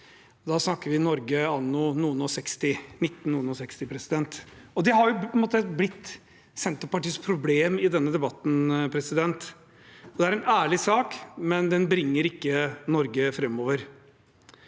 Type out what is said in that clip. Da snakker vi Norge anno 1960årene. Det har på en måte blitt Senterpartiets problem i denne debatten, og det er en ærlig sak, men den bringer ikke Norge framover.